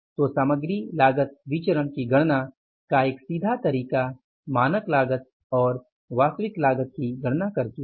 तो सामग्री लागत विचरण की गणना का एक सीधा तरीका मानक लागत और वास्तविक लागत की गणना करके है